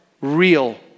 real